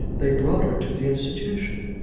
they brought her to the institution.